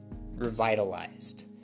revitalized